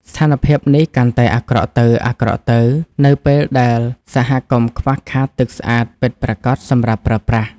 ស្ថានភាពនេះកាន់តែអាក្រក់ទៅៗ នៅពេលដែលសហគមន៍ខ្វះខាតទឹកស្អាតពិតប្រាកដសម្រាប់ប្រើប្រាស់។